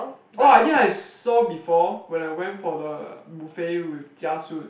oh I think I saw before when I went for the buffet with Jiasun